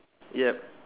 yup